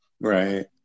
Right